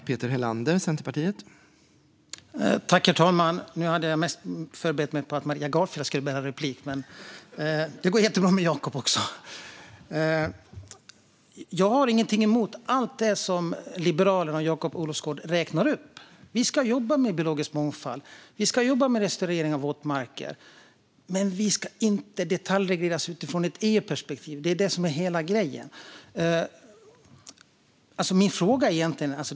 Herr talman! Jag hade mest förberett mig på att Maria Gardfjell skulle begära replik, men det går jättebra med Jakob också! Jag har ingenting emot allt det som Liberalerna och Jakob Olofsgård räknar upp. Vi ska jobba med biologisk mångfald och restaurering av våtmarker. Men vi ska inte detaljregleras utifrån ett EU-perspektiv - det är det som är hela grejen. Min fråga är egentligen följande.